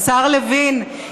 השר לוין,